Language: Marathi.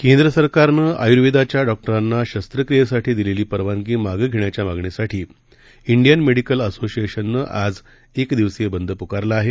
केंद्रसरकारनंआयुर्वेदाच्याडॉक्टरांनाशस्त्रक्रियेसाठीदिलेलीपरवानगीमागेघेण्याच्यामागणीसाठीडियनमेडिकलअसोसिएशननंआ जएकदिवसीयबंदपुकारलाआहे